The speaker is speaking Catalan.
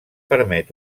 permet